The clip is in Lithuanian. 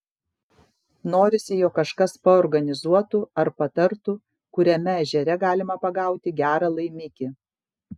norisi jog kažkas paorganizuotų ar patartų kuriame ežere galima pagauti gerą laimikį